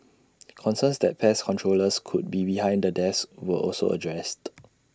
concerns that pest controllers could be behind the deaths were also addressed